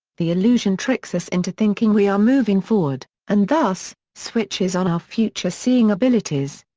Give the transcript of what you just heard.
the illusion tricks us into thinking we are moving forward, and thus, switches on our future-seeing abilities.